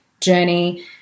journey